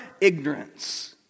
ignorance